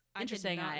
interesting